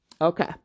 Okay